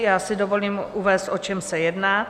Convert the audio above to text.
Já si dovolím uvést, o čem se jedná.